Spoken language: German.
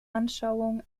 anschauung